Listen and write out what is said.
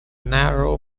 narrow